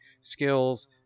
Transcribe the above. skills